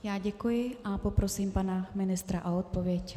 Já děkuji a poprosím pana ministra o odpověď.